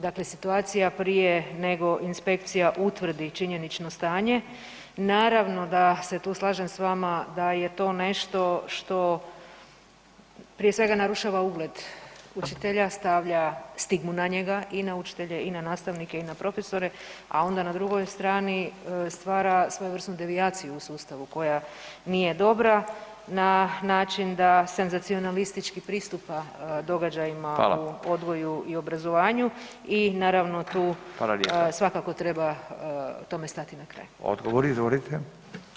Dakle, situacija prije nego inspekcija utvrdi činjenično stanje naravno da se tu slažem sa vama da je to nešto što prije svega narušava ugled učitelja, stavlja stigmu na njega i na učitelja i nastavnike i na profesore a onda na drugoj strani stvara svojevrsnu devijaciju u sustavu koja nije dobra na način da senzacionalistički pristupa događajima u odgoju i obrazovanju [[Upadica Radin: Hvala lijepa.]] I naravno tu svakako treba tome stati na kraj.